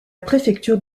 préfecture